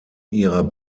ihrer